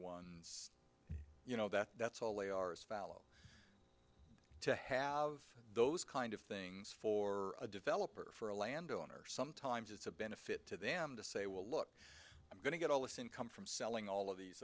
you know that that's all they are as valid to have those kind of things for a developer for a landowner sometimes it's a benefit to them to say well look i'm going to get all this income from selling all of these